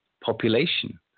population